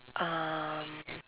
um